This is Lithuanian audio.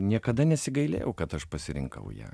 niekada nesigailėjau kad aš pasirinkau ją